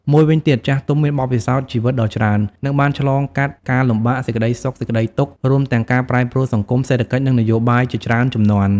មួយវិញទៀតចាស់ទុំមានបទពិសោធន៍ជីវិតដ៏ច្រើន និងបានឆ្លងកាត់ការលំបាក សេចក្ដីសុខ សេចក្ដីទុក្ខ រួមទាំងការប្រែប្រួលសង្គម សេដ្ឋកិច្ច និងនយោបាយជាច្រើនជំនាន់។